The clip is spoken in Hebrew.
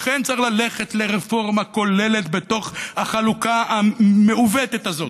לכן צריך ללכת לרפורמה כוללת בתוך החלוקה המעוותת הזאת,